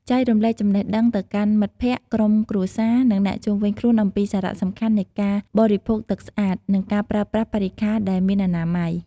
ចែករំលែកចំណេះដឹងទៅកាន់មិត្តភក្តិ ក្រុមគ្រួសារ និងអ្នកជុំវិញខ្លួនអំពីសារៈសំខាន់នៃការបរិភោគទឹកស្អាត និងការប្រើប្រាស់បរិក្ខាដែលមានអនាម័យ។